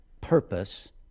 purpose